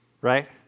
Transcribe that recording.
right